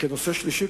וכנושא שלישי,